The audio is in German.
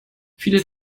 viele